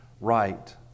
right